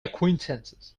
acquaintances